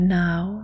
now